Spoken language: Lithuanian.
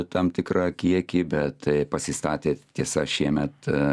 tam tikrą kiekį bet pasistatė tiesa šiemet